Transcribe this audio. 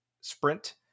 sprint